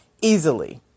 easily